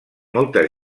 moltes